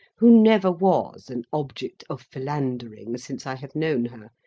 who never was an object of philandering since i have known her,